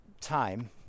time